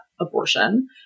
abortion